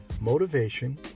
motivation